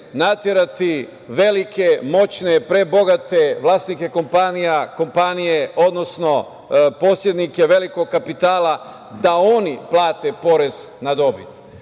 naterati velike, moćne, prebogate vlasnike kompanija, kompanije odnosno posednike velikog kapitala, da oni plate porez na dobit. Obično